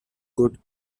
good